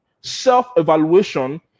self-evaluation